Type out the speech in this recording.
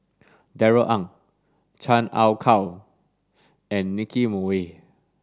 Darrell Ang Chan Ah Kow and Nicky Moey